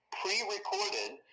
pre-recorded